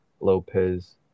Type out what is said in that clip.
Lopez